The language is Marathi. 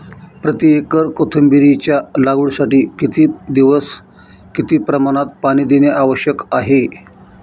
प्रति एकर कोथिंबिरीच्या लागवडीसाठी किती दिवस किती प्रमाणात पाणी देणे आवश्यक आहे?